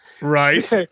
Right